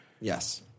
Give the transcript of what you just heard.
Yes